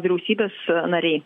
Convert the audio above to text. vyriausybės nariai